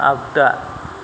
आगदा